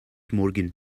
morgan